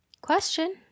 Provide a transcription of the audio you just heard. Question